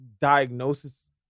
diagnosis